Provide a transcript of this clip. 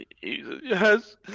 Yes